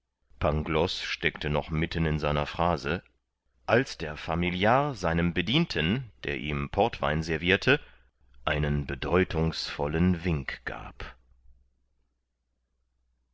pangloß steckte noch mitten in seiner phrase als der familiar seinem bedienten der ihm portwein servirte einen bedeutungsvollen wink gab